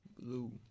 blue